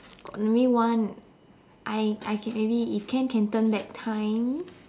oh let me one I I can maybe if can can turn back time